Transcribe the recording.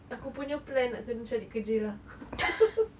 aku nya plan nak kena cari kerja lah